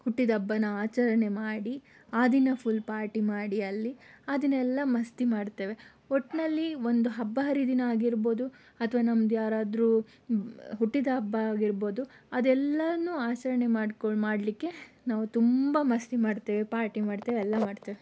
ಹುಟ್ಟಿದಹಬ್ಬನ ಆಚರಣೆ ಮಾಡಿ ಆ ದಿನ ಫುಲ್ ಪಾರ್ಟಿ ಮಾಡಿ ಅಲ್ಲಿ ಆ ದಿನ ಎಲ್ಲ ಮಸ್ತಿ ಮಾಡ್ತೇವೆ ಒಟ್ಟಿನಲ್ಲಿ ಒಂದು ಹಬ್ಬ ಹರಿದಿನ ಆಗಿರಬಹುದು ಅಥವಾ ನಮ್ಮದು ಯಾರದಾದರೂ ಹುಟ್ಟಿದಹಬ್ಬ ಆಗಿರಬಹುದು ಅದೆಲ್ಲಾನೂ ಆಚರಣೆ ಮಾಡ್ಕೊಂಡ್ ಮಾಡಲಿಕ್ಕೆ ನಾವು ತುಂಬ ಮಸ್ತಿ ಮಾಡ್ತೇವೆ ಪಾರ್ಟಿ ಮಾಡ್ತೇವೆ ಎಲ್ಲ ಮಾಡ್ತೇವೆ